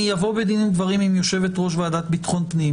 אני אבוא בדין ודברים עם יושבת-ראש ועדת ביטחון פנים,